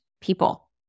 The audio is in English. people